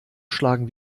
schlagen